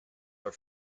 are